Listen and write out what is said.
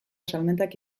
salmentak